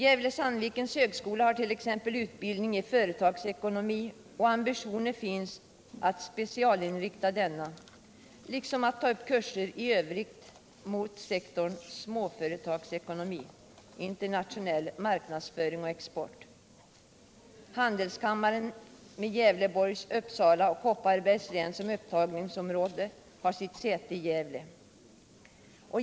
Gävle/Sandvikens högskola har t.ex. utbildning i företagsekonomi, och ambitioner finns att specialinrikta denna liksom att ta upp kurser i övrigt mot sektorn småföretagsekonomi, internationell marknadsföring och export. 4. Handelskammaren, med Gävleborgs, Uppsala och Kopparbergs län som upptagningsområde, har sitt säte i Gävle.